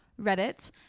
Reddit